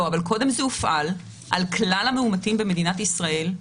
אבל קודם זה הופעל על כלל המאומתים במדינת ישראל,